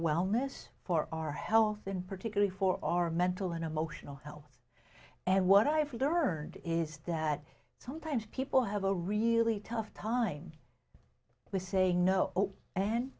wellness for our health and particularly for our mental and emotional health and what i've learned is that sometimes people have a really tough time with saying no and